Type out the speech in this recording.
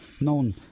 known